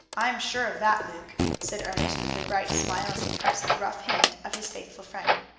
i am sure of that, luke, said ernest with a bright smile as he pressed the rough hand of his faithful friend.